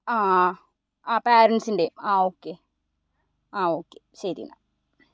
ആ ആ ആ പാരൻസിൻ്റെയും ആ ഓക്കെ ആ ഓക്കെ ശരി എന്നാൽ